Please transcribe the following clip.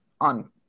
on